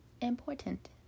important